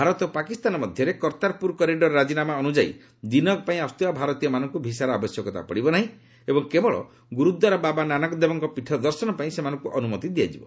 ଭାରତ ଓ ପାକିସ୍ତାନ ମଧ୍ୟରେ କର୍ତ୍ତାରପୁର କରିଡର ରାଜିନାମା ଅନୁଯାୟୀ ଦିନକ ପାଇଁ ଆସ୍ୱଥିବା ଭାରତୀୟମାନଙ୍କୁ ଭିସାର ଆବଶ୍ୟକତା ପଡ଼ିବ ନାହିଁ ଏବଂ କେବଳ ଗୁରୁଦ୍ୱାର ବାବା ନାନକଦେବଙ୍କ ପୀଠ ଦର୍ଶନ ପାଇଁ ସେମାନଙ୍କୁ ଅନୁମତି ଦିଆଯିବ